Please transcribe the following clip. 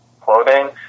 clothing